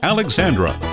Alexandra